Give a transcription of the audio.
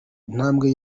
intambwe